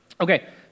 Okay